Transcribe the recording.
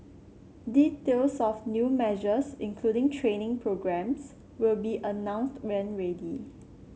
details of new measures including training programmes will be announced when ready